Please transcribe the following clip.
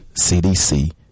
CDC